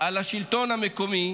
לשלטון המקומי,